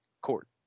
court